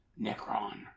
Necron